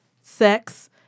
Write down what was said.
sex